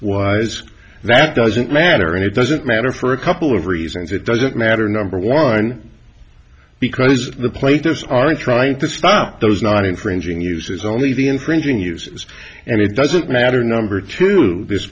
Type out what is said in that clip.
was that doesn't matter and it doesn't matter for a couple of reasons it doesn't matter number one because the platers aren't trying to stop those not infringing uses only the infringing use and it doesn't matter number two this